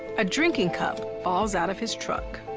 a drinking cup falls out of his truck.